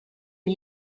est